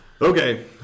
Okay